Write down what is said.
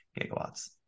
gigawatts